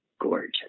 gorgeous